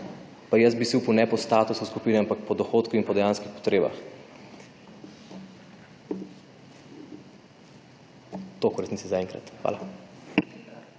pa jaz bi si upal ne po statusu skupine, ampak po dohodku in po dejanskih potrebah. Toliko v resnici zaenkrat. Hvala.